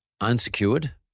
unsecured